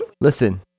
listen